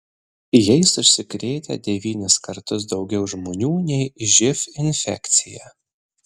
jais užsikrėtę devynis kartus daugiau žmonių nei živ infekcija